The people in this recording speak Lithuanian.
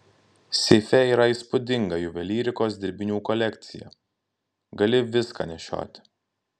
seife yra įspūdinga juvelyrikos dirbinių kolekcija gali viską nešioti